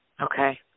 Okay